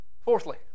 Fourthly